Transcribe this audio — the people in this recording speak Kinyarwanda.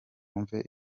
wumve